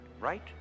Right